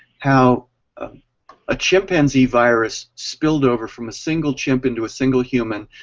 how a chimpanzee virus, spilled over from a single chimp into a single human,